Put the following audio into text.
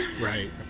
Right